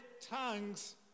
tongues